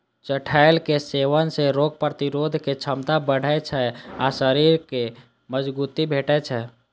चठैलक सेवन सं रोग प्रतिरोधक क्षमता बढ़ै छै आ शरीर कें मजगूती भेटै छै